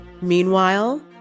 Meanwhile